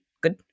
good